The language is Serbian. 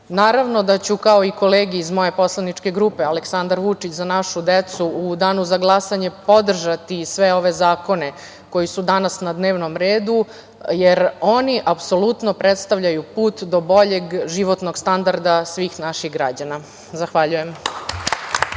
evra. Naravno da ću kao i kolege iz moje poslaničke grupe Aleksandar Vučić - Za našu decu u danu za glasanje podržati sve ove zakone koji su danas na dnevnom redu, jer oni apsolutno predstavljaju put do boljeg životnog standarda svih naših građana. Zahvaljujem.